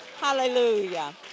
Hallelujah